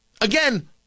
Again